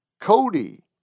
Cody